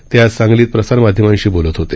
ते आज सांगलीत प्रसार माध्यमांशी बोलत होते